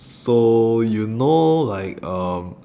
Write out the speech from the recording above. so you know like um